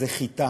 זה חיטה,